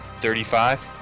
Thirty-five